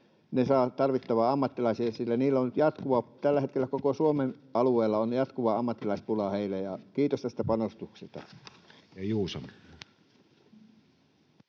saavat tarvittavia ammattilaisia, sillä niillä on nyt tällä hetkellä koko Suomen alueella jatkuva ammattilaispula. Kiitos näistä panostuksista.